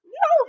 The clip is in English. no